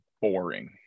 boring